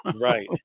Right